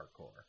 hardcore